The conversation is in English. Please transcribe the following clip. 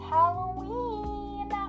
Halloween